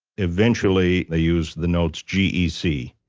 eventually they used the notes gec.